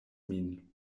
min